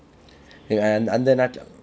eh அந்த அந்த நாட்டில:antha anth naattila